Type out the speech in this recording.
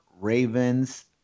Ravens